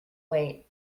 wait